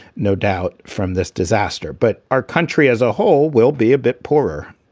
no doubt, from this disaster. but our country as a whole will be a bit poorer.